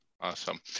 Awesome